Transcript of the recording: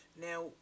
Now